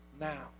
Now